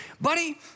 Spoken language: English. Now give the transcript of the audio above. Buddy